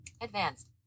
Advanced